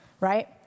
Right